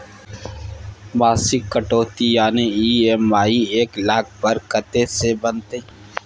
मासिक कटौती यानी ई.एम.आई एक लाख पर कत्ते के बनते?